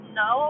no